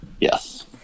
Yes